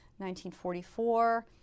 1944